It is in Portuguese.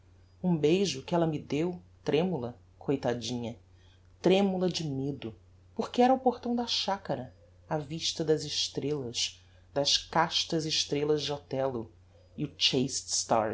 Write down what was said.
um beijo que ella me deu tremula coitadinha tremula de medo porque era ao portão da chacara á vista das estrellas das castas estrellas de othello you